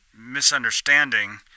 misunderstanding